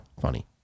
funny